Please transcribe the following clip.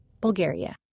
Bulgaria